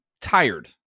tired